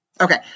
Okay